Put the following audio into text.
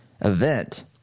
event